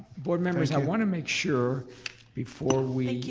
board members i want to make sure before we